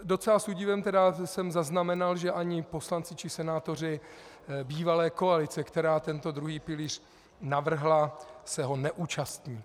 Docela s údivem jsem zaznamenal, že ani poslanci či senátoři bývalé koalice, která tento druhý pilíř navrhla, se ho neúčastní.